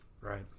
Right